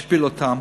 משפיל אותם.